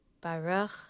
Baruch